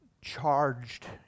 charged